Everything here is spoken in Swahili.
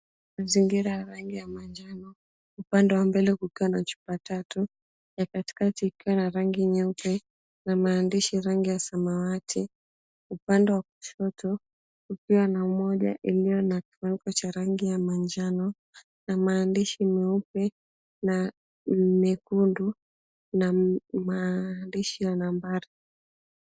Mazingira ya rangi ya manjano, upande wa mbele kukiwa na chupa tatu, ya katikati ikiwa na rangi nyeupe na maandishi rangi ya samawati. Upande wa kushoto kukiwa na moja iliyo na kifuniko cha rangi ya manjano na maandishi meupe na mekundu, na maandishi ya nambari.